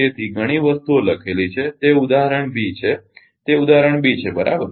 તેથી ઘણી વસ્તુઓ લખેલી છે તે ઉદાહરણ Bબી છે તે ઉદાહરણ B છે બરાબર